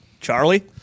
Charlie